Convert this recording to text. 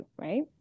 right